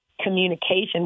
communication